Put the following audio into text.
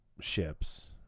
ships